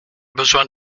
besoin